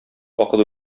вакыт